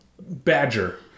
badger